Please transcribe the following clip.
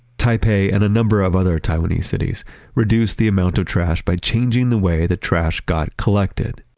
taipei and a number of other taiwanese cities reduced the amount of trash by changing the way that trash got collected